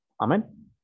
amen